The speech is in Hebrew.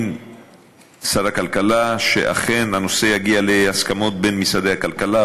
שר הכלכלה מאמין שאכן הנושא יגיע להסכמות בין משרד הכלכלה,